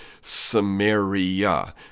Samaria